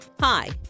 hi